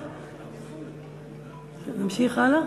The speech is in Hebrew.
נמשיך הלאה?